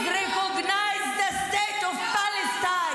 Please recognize the state of Palestine.